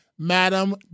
Madam